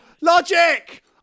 Logic